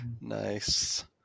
Nice